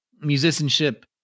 musicianship